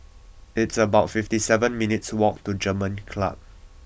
it's about fifty seven minutes' walk to German Club